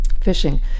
fishing